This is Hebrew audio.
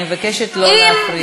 אני מבקשת לא להפריע.